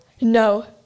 No